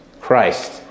Christ